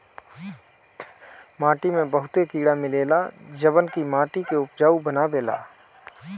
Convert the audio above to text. माटी में बहुते कीड़ा मिलेला जवन की माटी के उपजाऊ बनावेला